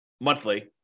monthly